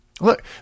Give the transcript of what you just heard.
Look